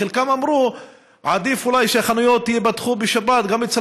חלקם אמרו שאולי עדיף שחנויות ייפתחו בשבת גם אצל